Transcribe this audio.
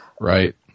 Right